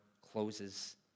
closes